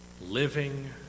Living